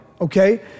okay